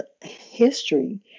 history